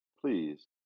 please